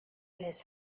his